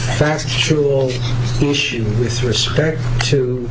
factual issue with respect to